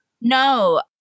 no